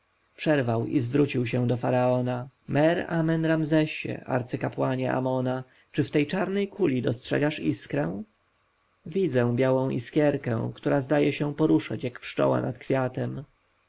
przerwał i zwrócił się do faraona mer-amen-ramzesie arcykapłanie amona czy w tej czarnej kuli dostrzegasz iskrę widzę białą iskierkę która zdaje się poruszać jak pszczoła nad kwiatem